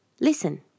Listen